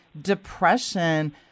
depression